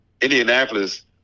Indianapolis